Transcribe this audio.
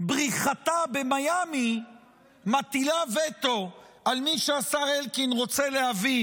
בריחתה במיאמי מטילה וטו על מי שהשר אלקין רוצה להביא